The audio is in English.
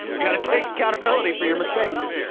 you got to take accountability for your mistakes?